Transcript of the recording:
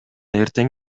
эртең